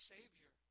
Savior